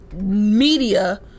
media